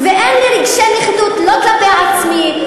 ואין לי רגשי נחיתות לא כלפי עצמי,